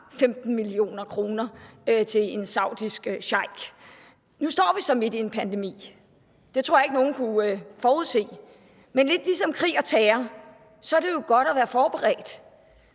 15 mio. kr. til en saudisk sheik. Nu står vi så midt i en pandemi – det tror jeg ikke nogen kunne forudse, men lidt ligesom med krig og terror er det jo godt at være forberedt,